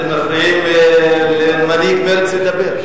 אתם מפריעים למנהיג מרצ לדבר.